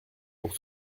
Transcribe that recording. pour